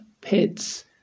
pits